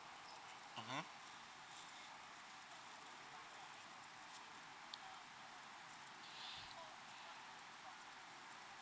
mmhmm